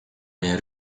meie